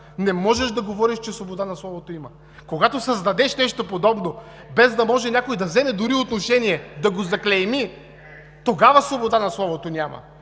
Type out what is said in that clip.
не можеш да говориш, че има свобода на словото. Когато създадеш нещо подобно, без да може някой да вземе дори отношение да го заклейми, тогава свобода на словото няма.